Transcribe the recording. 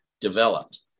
developed